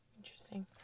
Interesting